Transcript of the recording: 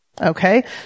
Okay